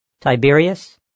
Tiberius